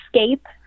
escape